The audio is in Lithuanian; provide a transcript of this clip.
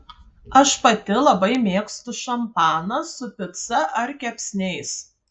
aš pati labai mėgstu šampaną su pica ar kepsniais